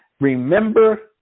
Remember